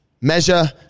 measure